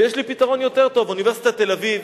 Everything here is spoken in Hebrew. ויש לי פתרון יותר טוב: אוניברסיטת תל-אביב,